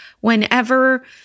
whenever